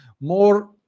more